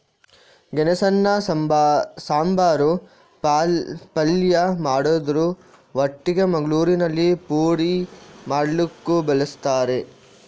ಗೆಣಸನ್ನ ಸಾಂಬಾರು, ಪಲ್ಯ ಮಾಡುದ್ರ ಒಟ್ಟಿಗೆ ಮಂಗಳೂರಿನಲ್ಲಿ ಪೋಡಿ ಮಾಡ್ಲಿಕ್ಕೂ ಬಳಸ್ತಾರೆ